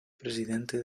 presidente